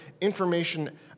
information